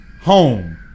home